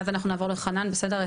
ואז אנחנו נעבור לחנן בסדר?